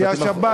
שהשב"כ,